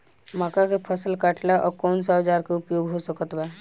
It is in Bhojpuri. मक्का के फसल कटेला कौन सा औजार के उपयोग हो सकत बा?